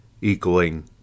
equaling